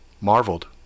marveled